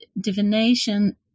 divination